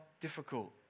difficult